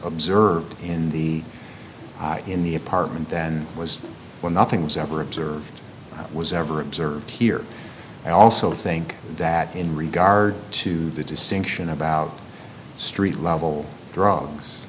observed in the in the apartment than was when nothing was ever observed was ever observed here and i also think that in regard to the distinction about street level drugs